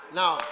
now